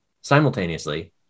simultaneously